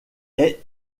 est